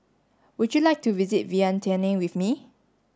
would you like to visit Vientiane with me